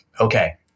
Okay